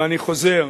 ואני חוזר,